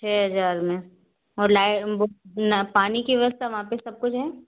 छः हजार में और लाइट वो पानी की व्यवस्था वहाँ पे सब कुछ है